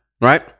Right